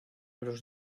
los